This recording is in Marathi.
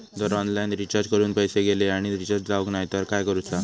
जर ऑनलाइन रिचार्ज करून पैसे गेले आणि रिचार्ज जावक नाय तर काय करूचा?